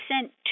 sent